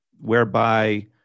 whereby